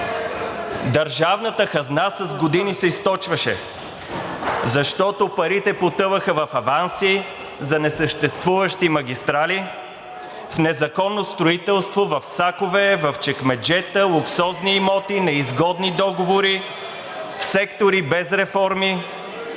Държавната хазна с години се източваше, защото парите потъваха в аванси за несъществуващи магистрали, в незаконно строителство, в сакове, в чекмеджета, луксозни имоти, неизгодни договори, в сектори без реформи,